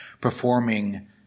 performing